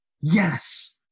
Yes